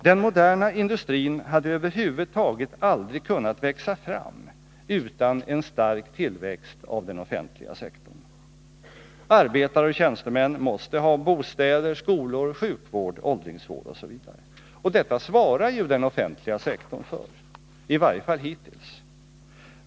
Den moderna industrin hade över huvud taget aldrig kunnat växa fram utan en stark tillväxt av den offentliga sektorn. Arbetare och tjänstemän måste ha bostäder, skolor, sjukvård, åldringsvård osv. Och detta svarar den offentliga sektorn för — i varje fall hittills.